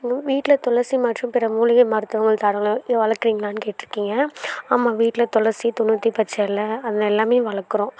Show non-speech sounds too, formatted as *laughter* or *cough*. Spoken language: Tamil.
*unintelligible* வீட்டில் துளசி மற்றும் பிற மூலிகை மருத்துவங்கள் தரலாம் இதை வளர்க்கிறீங்களானு கேட்டுருக்கீங்க ஆமாம் வீட்டில் துளசி தொண்ணூற்றி பச்சை இல அது எல்லாம் வளர்க்குறோம்